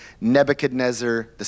Nebuchadnezzar